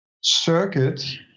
circuit